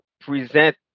present